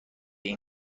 این